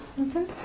Okay